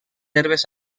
herbes